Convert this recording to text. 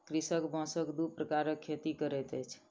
कृषक बांसक दू प्रकारक खेती करैत अछि